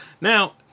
Now